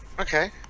Okay